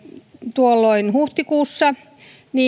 tuolloin huhtikuussa